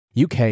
UK